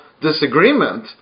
disagreement